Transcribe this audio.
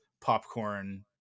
popcorn